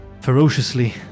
ferociously